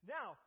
Now